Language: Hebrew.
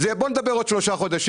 בוא ונדבר בעוד שלושה חודשים,